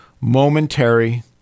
Momentary